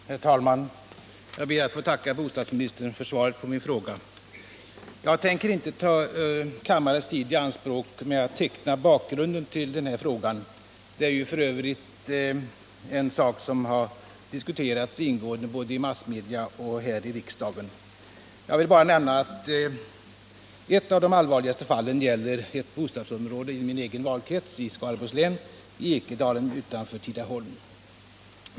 Herr talman! Jag ber att få tacka bostadsministern för svaret på min fråga. Jag tänker inte ta kammarens tid i anspråk med att teckna bakgrunden till frågan. Den har ju f. ö. diskuterats ingående både i massmedia och här i riksdagen. Jag vill bara nämna att ett av de allvarligaste fallen gäller ett bostadsområde i min egen valkrets, Skaraborgs län, Ekedalen utanför Tidaholm.